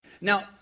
Now